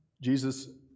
Jesus